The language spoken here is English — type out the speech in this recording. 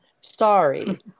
Sorry